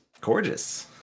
Gorgeous